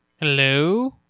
Hello